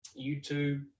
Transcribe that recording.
YouTube